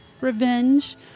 revenge